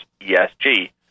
ESG